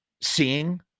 seeing